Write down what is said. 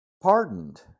Pardoned